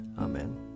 Amen